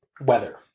weather